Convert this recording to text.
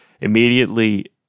immediately